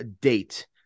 date